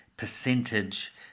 percentage